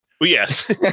Yes